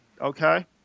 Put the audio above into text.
Okay